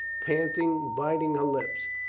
panting, biting her lips.